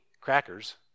crackers